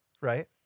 Right